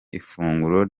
ifunguro